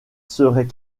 serait